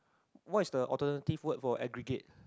what is the alternative word for aggregate